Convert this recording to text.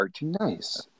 Nice